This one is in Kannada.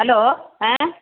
ಹಲೋ ಹಾಂ